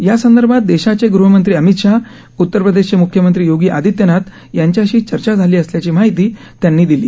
यासंदर्भात देशाचे गृहमंत्री अमित शहा उतरप्रदेशचे म्ख्यमंत्री योगी आदित्यनाथ यांच्याशी चर्चा झाली असल्याची माहिती त्यांनी दिली